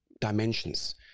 dimensions